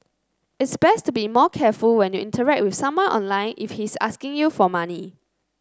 it's best to be more careful when you interact with someone online if he's asking you for money